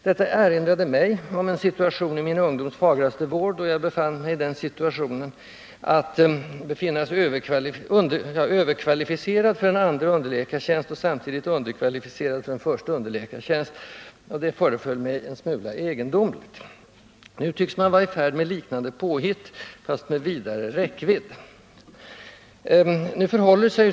Detta erinrade mig om en situation i min ungdoms fagraste vår, då jag var i situationen att befinnas överkvalificerad för en tjänst som andre underläkare och samtidigt underkvalificerad för en tjänst som förste underläkare, vilket föreföll mig en smula egendomligt. Nu tycks man vara i färd med liknande påhitt, fast med vidare räckvidd.